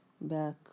back